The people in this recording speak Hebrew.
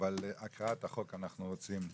אבל הקראת החוק אנחנו רוצים לעשות.